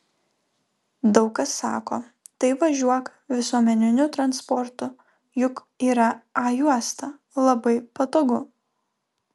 daug kas sako tai važiuok visuomeniniu transportu juk yra a juosta labai patogu